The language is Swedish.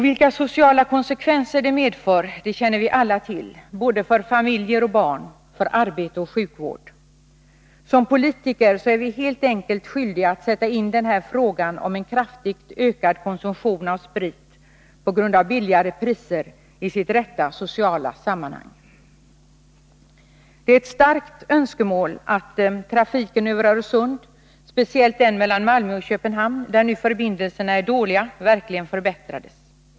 Vilka sociala konsekvenser det medför känner vi alla till, såväl för familjer och barn som för arbete och sjukvård. Som politiker är vi helt enkelt skyldiga att sätta in frågan om en kraftigt ökad konsumtion av sprit på grund av lägre priser i sitt rätta sociala sammanhang. Det är ett starkt önskemål att trafiken över Öresund, speciellt mellan Malmö och Köpenhamn, där nu förbindelserna är dåliga, verkligen förbättras.